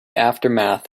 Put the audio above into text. aftermath